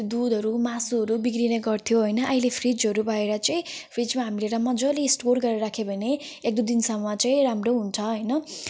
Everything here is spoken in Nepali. दुधहरू मासुहरू बिग्रिने गर्थ्यो हैन अहिले फ्रिजहरू भएर चाहिँ फ्रिजमा हामीले यसलाई मजाले स्टोर गरेर राखे भने एकदुई दिनसम्म चाहिँ राम्रो हुन्छ हैन